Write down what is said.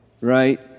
right